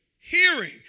Hearing